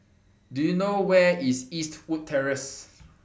Do YOU know Where IS Eastwood Terrace